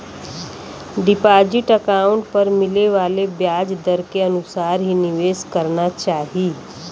deposit account पर मिले वाले ब्याज दर के अनुसार ही निवेश करना चाही